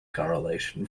correlation